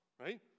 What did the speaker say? Right